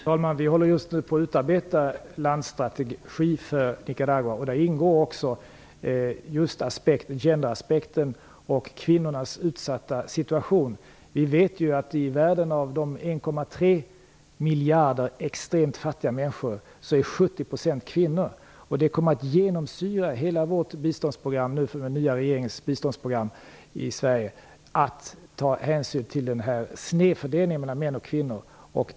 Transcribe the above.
Fru talman! Vi bearbetar just nu en landstrategi för Nicaragua. Där ingår också just gender-aspekten och kvinnornas utsatta situation. Av de 1,3 miljarder extremt fattiga människorna i världen är ju 70 % kvinnor. Den nya svenska regeringens biståndsprogram kommer att genomsyras av hänsynen till denna snedfördelning mellan män och kvinnor.